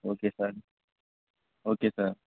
okay sir okay sir